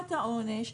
חומרת העונש,